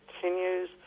continues